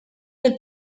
del